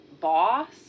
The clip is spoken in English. boss